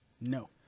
No